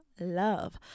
Love